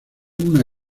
una